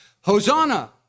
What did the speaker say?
Hosanna